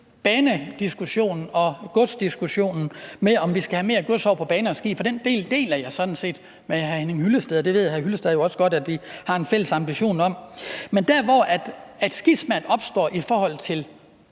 om det i forhold til diskussionen om, om vi skal have mere gods over på baner og skibe, for den del af det deler jeg sådan set med hr. Henning Hyllested, og det ved hr. Hyllested jo også godt at vi har en fælles ambition om. Men der, hvor skismaet i forhold til